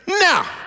Now